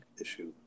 issue